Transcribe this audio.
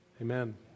amen